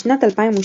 בשנת 2002,